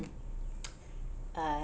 uh